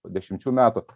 po dešimčių metų